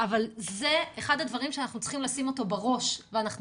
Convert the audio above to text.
אבל זה אחד הדברים שאנחנו צריכים לשים אותו בראש ואנחנו